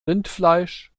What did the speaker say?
rindfleisch